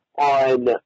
on